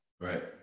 Right